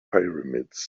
pyramids